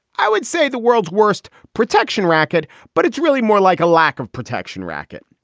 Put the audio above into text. i would say the world's worst protection racket, but it's really more like a lack of protection racket.